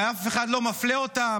ואף אחד לא מפלה אותם.